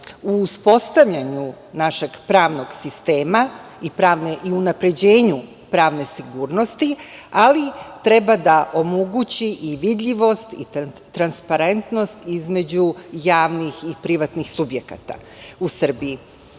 u uspostavljanju našeg pravnog sistema i unapređenju pravne sigurnosti, ali treba da omogući vidljivost i transparentnost između javnih i privatnih subjekata u